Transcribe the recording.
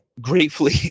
Gratefully